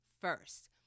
first